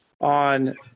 on